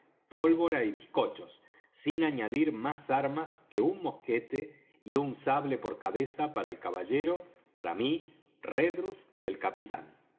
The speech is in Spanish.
pólvora y bizcochos sin añadir más armas que un mosquete y un sable por cabeza para el caballero para mí redruth y el capitán